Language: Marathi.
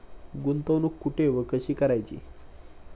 गुंतवणूक कुठे व कशी करायची?